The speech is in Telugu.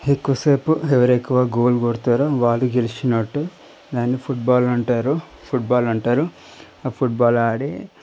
ఎక్కువసేపు ఎవరు ఎక్కువ గోల్ కొడతారో వాళ్ళు గెలిచినట్టు దాన్ని ఫుట్బాల్ అంటారు ఫుట్బాల్ అంటారు ఆ ఫుట్బాల్ ఆడి